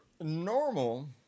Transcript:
normal